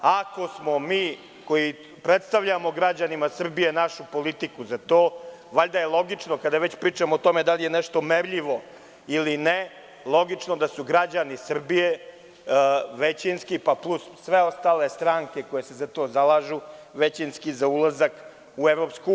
Ako smo mi koji predstavljamo građanima Srbije našu politiku za to, valjda je logično, kada već pričamo o tome da li je nešto merljivo ili ne, da su građani Srbije većinski, pa plus sve ostale stranke koje se za to zalažu, većinski za ulazak u EU.